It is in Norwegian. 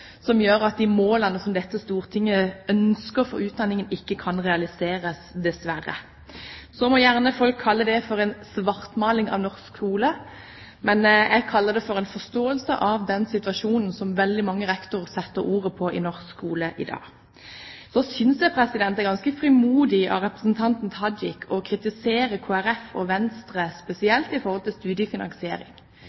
som gjør at de målene som dette storting ønsker for utdanningen, ikke kan realiseres, dessverre. Så må gjerne folk kalle det for en svartmaling av norsk skole, men jeg kaller det for en forståelse av den situasjonen som veldig mange rektorer setter ordet på i norsk skole i dag. Så synes jeg det er ganske frimodig av representanten Tajik å kritisere Kristelig Folkeparti og Venstre